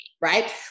right